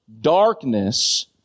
darkness